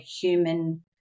human